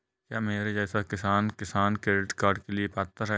क्या मेरे जैसा किसान किसान क्रेडिट कार्ड के लिए पात्र है?